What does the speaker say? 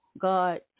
God